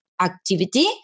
activity